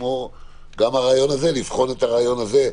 גם לבחון את הרעיון הזה,